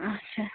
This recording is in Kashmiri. اَچھا